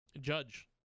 Judge